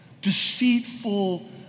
Deceitful